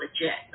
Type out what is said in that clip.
legit